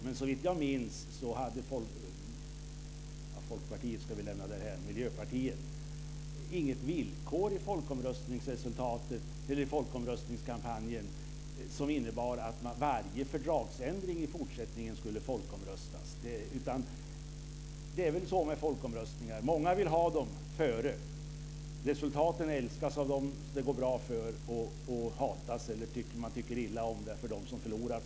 Men såvitt jag minns hade Miljöpartiet inget villkor i folkomröstningskampanjen som innebar att det skulle folkomröstas om varje fördragsändring i fortsättningen. Det är väl så med folkomröstningar. Många vill ha dem - före. Resultaten älskas av dem som det går bra för och man tycker illa om det bland dem som förlorar.